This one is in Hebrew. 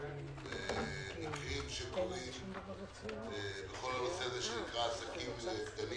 למקרים שקורים בכל הנושא שנקרא עסקים קטנים